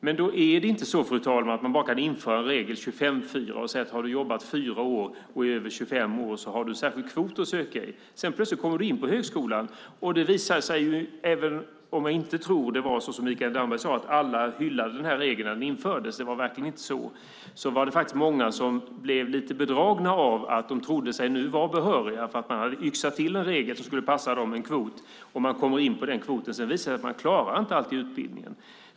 Men då är det inte, fru talman, bara att införa 25:4-regeln och säga att har du jobbat fyra år och är 25 år har du en särskild kvot att söka in på. Plötsligt kommer du in på högskolan. Även om Mikael Damberg sade att alla hyllade den här regeln när den infördes var det verkligen inte så. Många blev lite bedragna. De trodde sig vara behöriga därför att man hade yxat till en regel som skulle passa dem, en kvot, och de kom in på den kvoten. Sedan visade det sig att man inte alltid klarade utbildningen.